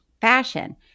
fashion